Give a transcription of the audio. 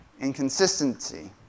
inconsistency